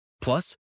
Plus